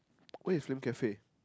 where is Flame-Cafe